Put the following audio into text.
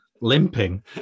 limping